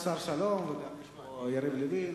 נמצאים פה גם השר שלום וגם יריב לוין.